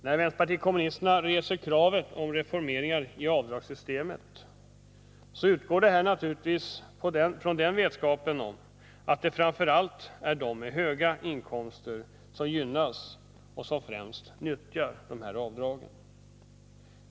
När vpk reser kraven på reformeringar i avdragssystemet utgår det naturligtvis från vetskapen om att det framför allt är de med höga inkomster som gynnas och som främst nyttjar dessa avdrag.